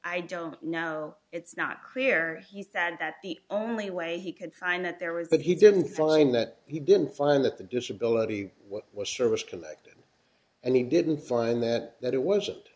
i don't know it's not clear he said that the only way he could find that there was that he didn't find that he didn't find that the disability what was service connected and he didn't find that that it wasn't